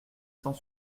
cent